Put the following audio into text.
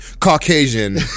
Caucasian